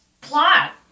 plot